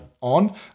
on